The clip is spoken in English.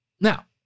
Now